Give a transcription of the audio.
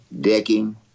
Decking